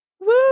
Woo